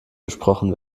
gesprochen